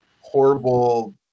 horrible